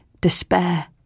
despair